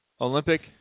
Olympic